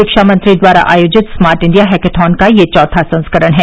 शिक्षा मंत्रालय द्वारा आयोजित स्मार्ट इंडिया हैकेथॉन का यह चौथा संस्करण है